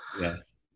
Yes